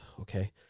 okay